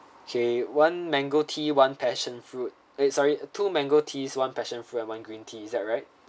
okay one mango tea one passion fruit sorry ah two mango teas one passion fruit and one green tea is that right